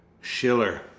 Schiller